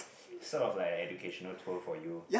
sort of like educational tour for you